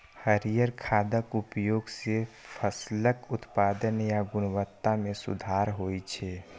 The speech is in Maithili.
हरियर खादक उपयोग सं फसलक उत्पादन आ गुणवत्ता मे सुधार होइ छै